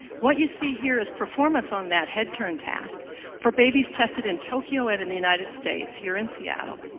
what you see here is performance on that head-turn task for babies tested in tokyo and in the united states, here in seattle,